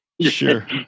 sure